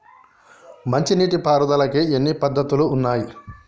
మంచి నీటి పారుదలకి ఎన్ని పద్దతులు ఉన్నాయి?